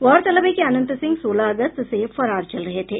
गौरतलब है कि अनंत सिंह सोलह अगस्त से फरार चल रहे थे